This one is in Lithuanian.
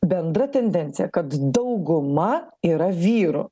bendra tendencija kad dauguma yra vyrų